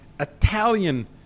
Italian